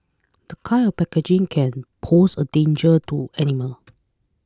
the kind of packaging can pose a danger to animals